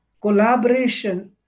collaboration